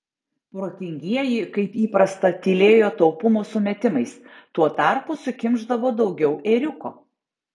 protingieji kaip įprasta tylėjo taupumo sumetimais tuo tarpu sukimšdavo daugiau ėriuko